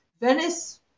Venice